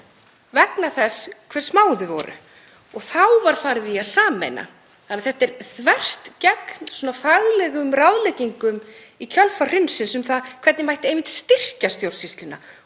vegna þess hve smá þau væru og þá var farið í að sameina. Þannig að þetta er þvert gegn faglegum ráðleggingum í kjölfar hrunsins um það hvernig mætti einmitt styrkja stjórnsýsluna